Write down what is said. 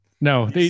no